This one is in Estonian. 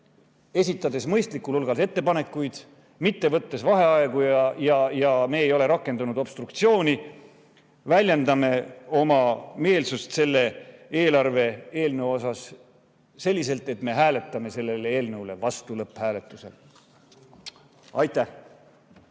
esitades mõistlikul hulgal ettepanekuid, mitte võttes vaheaegu, ja me ei ole rakendanud obstruktsiooni, väljendame oma meelsust selle eelarve eelnõu osas selliselt, et me hääletame selle eelnõu vastu lõpphääletusel. Aitäh!